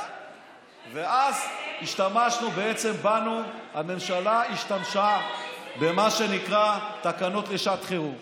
ואז הממשלה השתמשה במה שנקרא "תקנות לשעת חירום".